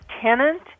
tenant